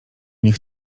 nich